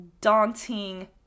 daunting